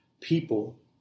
people